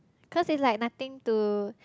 cause is like nothing to